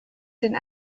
den